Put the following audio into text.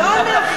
לא אנחנו,